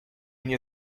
nie